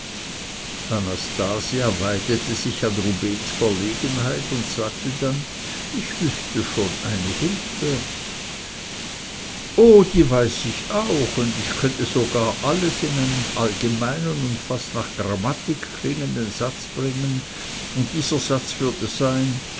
anastasia weidete sich an rubehns verlegenheit und sagte dann ich wüßte schon eine hilfe o die weiß ich auch und ich könnte sogar alles in einen allgemeinen und fast nach grammatik klingenden satz bringen und dieser satz würde sein